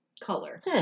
color